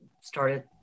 started